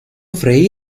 frei